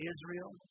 Israel